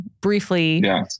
briefly